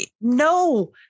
no